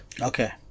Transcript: Okay